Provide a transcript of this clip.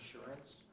insurance